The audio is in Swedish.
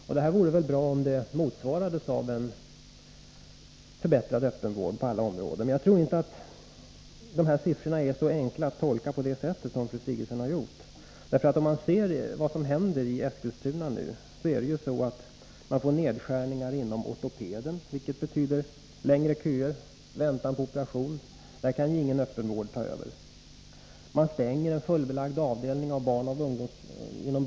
Det vore väl bra om det motsvarades av en förbättrad öppenvård på alla områden. Men jag tror inte att det är så enkelt att man kan tolka de här siffrorna på det sätt som fru Sigurdsen har gjort. Vad som händer i exempelvis Eskilstuna nu är att man får nedskärningar inom den ortopediska verksamheten, vilket betyder längre köer och väntan på operation. Där kan ingen öppenvård ta över. Man stänger en fullbelagd barnoch ungdomspsykiatrisk avdelning.